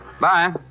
Bye